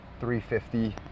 $350